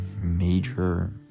major